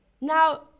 Now